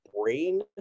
brain